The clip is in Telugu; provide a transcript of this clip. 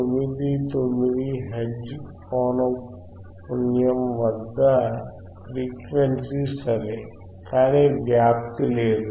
99 హెర్ట్జ్ పౌనఃపున్యం వద్ద ఫ్రీక్వెన్సీ సరే కానీ వ్యాప్తి లేదు